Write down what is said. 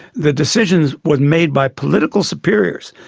the decisions were made by political superiors,